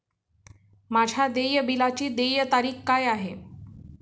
माझ्या देय बिलाची देय तारीख काय आहे?